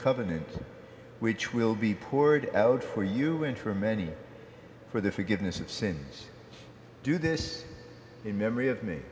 covenant which will be poured out for you interim many for the forgiveness of sins do this in memory of me